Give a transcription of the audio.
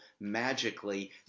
magically